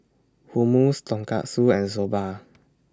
Hummus Tonkatsu and Soba